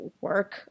work